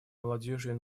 молодежью